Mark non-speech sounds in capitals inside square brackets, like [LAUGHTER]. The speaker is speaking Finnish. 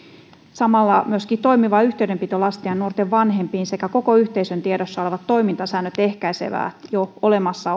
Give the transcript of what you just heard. samalla myöskin toimiva yhteydenpito lasten ja nuorten vanhempiin sekä koko yhteisön tiedossa olevat toimintasäännöt ehkäisevät jo olemassa [UNINTELLIGIBLE]